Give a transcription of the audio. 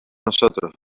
nosotros